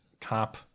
cop